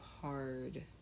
hard